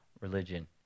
religion